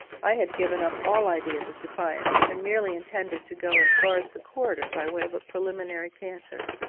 i had given up all ideas of defiance, and merely intended to go as far as the corridor by way of a preliminary canter.